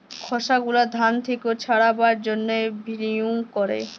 খসা গুলা ধান থেক্যে ছাড়াবার জন্হে ভিন্নউইং ক্যরে